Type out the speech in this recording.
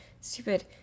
stupid